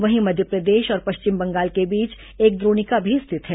वहीं मध्यप्रदेश और पश्चिम बंगाल के बीच एक द्रोणिका भी स्थित है